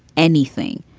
anything,